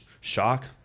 shock